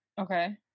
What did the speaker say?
okay